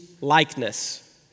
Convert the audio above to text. likeness